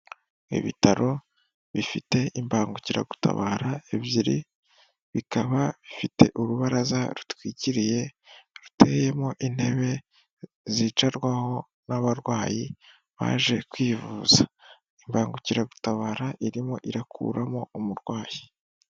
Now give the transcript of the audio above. Ibitaro bifite imbangukiragutabara ebyiri, bikaba bifite urubaraza rutwikiriye ruteyemo intebe zicarwaho n'abarwayi baje kwivuza. Imbangukiragutabara irimo irakuramo umurwayi.